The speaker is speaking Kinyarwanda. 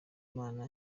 imana